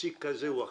פסיק כזה או אחר.